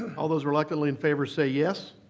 all those reluctantly in favor say yes.